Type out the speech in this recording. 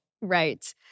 Right